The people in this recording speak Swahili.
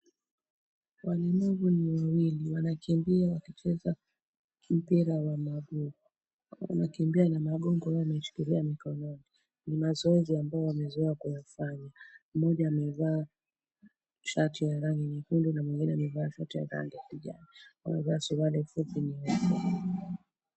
Walemavu ni wawili wanakimbia wakicheza mpira wa maguu, wanakimbia na magongo yao wameshikilia mikononi ni mazoezi ambayo wamezoea kuyafanya. Mmoja amevaa shati ya rangi nyekundu na mwengine amevaa shati ya rangi ya kijani, wamevaa suruali fupi nyeupe.